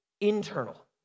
internal